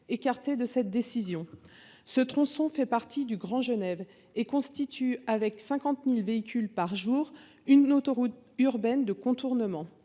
recueilli leur avis. Ce tronçon fait partie du Grand Genève et constitue, avec 50 000 véhicules par jour, une autoroute urbaine de contournement.